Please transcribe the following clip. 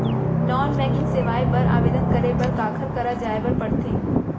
non banking सेवाएं बर आवेदन करे बर काखर करा जाए बर परथे